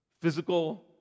physical